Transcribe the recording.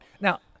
Now